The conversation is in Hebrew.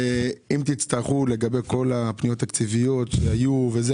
אם תצטרכו לגבי כל הפניות התקציביות שהיו ויהיו,